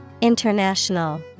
International